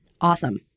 Awesome